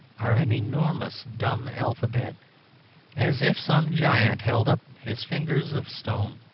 are an enormous dumb alphabet as if some giant held up his fingers of stone.